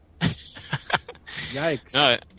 yikes